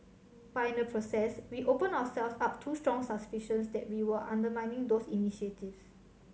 but in the process we opened ourselves up to strong suspicions that we were undermining those initiatives